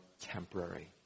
temporary